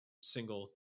single